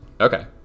Okay